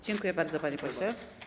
Dziękuję bardzo, panie pośle.